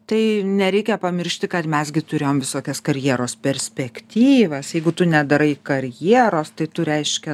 tai nereikia pamiršti kad mes gi turėjom visokias karjeros perspektyvas jeigu tu nedarai karjeros tai tu reiškia